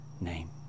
name